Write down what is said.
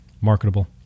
marketable